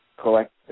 collect